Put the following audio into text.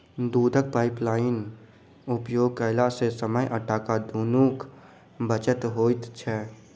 दूधक पाइपलाइनक उपयोग कयला सॅ समय आ टाका दुनूक बचत होइत छै